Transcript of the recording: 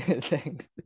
thanks